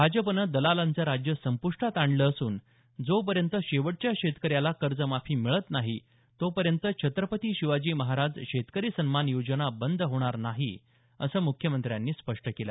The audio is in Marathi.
भाजपनं दलालांचं राज्य संप्ष्टात आणलं असून जोपर्यंत शेवटच्या शेतकऱ्याला कर्जमाफी मिळत नाही तोपर्यंत छत्रपती शिवाजी महाराज शेतकरी सन्मान योजना बंद होणार नाही असं मुख्यमंत्र्यांनी स्पष्ट केलं